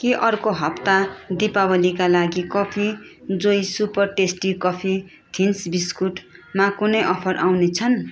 के अर्को हप्ता दीपावलीका लागि Coffee Joy super tasty coffee thins बिस्कुटमा कुनै अफर आउनेछन्